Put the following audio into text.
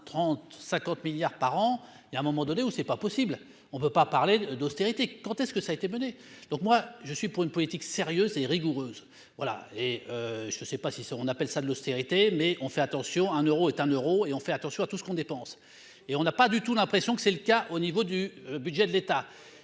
30 50 milliards par an et à un moment donné où c'est pas possible, on peut pas parler d'austérité quand est-ce que ça a été menée, donc moi je suis pour une politique sérieuse et rigoureuse, voilà et je ne sais pas si ce qu'on appelle ça de l'austérité, mais on fait attention : un Euro est un euro et on fait attention à tout ce qu'on dépense et on n'a pas du tout l'impression que c'est le cas au niveau du budget de l'État